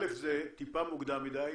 קודם כל זה טיפה מוקדם מדי,